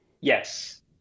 Yes